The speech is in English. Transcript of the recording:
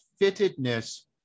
fittedness